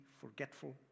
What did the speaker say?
forgetful